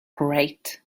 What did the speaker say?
great